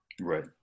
Right